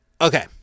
okay